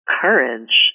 courage